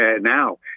now